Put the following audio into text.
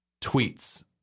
tweets